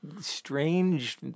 strange